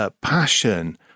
passion